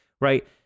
right